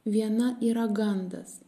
viena yra gandas